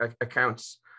accounts